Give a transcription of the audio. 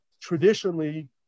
traditionally